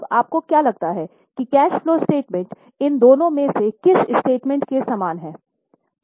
अब आपको क्या लगता है कि कैश फलो स्टेटमेंट इन दोनों में से किस स्टेटमेंट के समान है